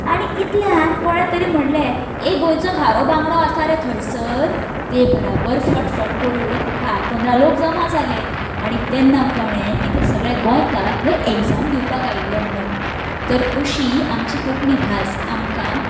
आनी इतल्यान कोणेतरी म्हणलें ए गोंयचो खारो बांगडो आसा रे थंयसर ते बराबर फटफट करून धा पंदरा लोक जमा जाले आनी तेन्ना कळ्ळें की ते सगळे गोंयकार थंय एग्जाम दिवपाक आयिल्ले म्हणून तर अशी आमची कोंकणी भास आमकां